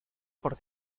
por